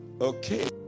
okay